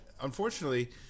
unfortunately